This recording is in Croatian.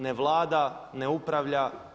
Ne vlada, ne upravlja.